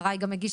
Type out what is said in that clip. אחריי גם הגיש